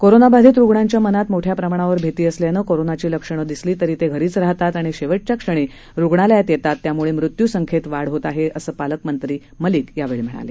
कोरोनाबाधित रुग्णांच्या मनात मोठ्या प्रमाणावर भिती असल्यानं कोरोनाची लक्षणं दिसली तरी ते घरीच राहतात आणि शेवटच्या क्षणी रुग्णालयात येतात त्यामुळे मृत्यू संख्येत वाढ होत आहे असंही पालकमंत्री मलिक यावेळी म्हणाले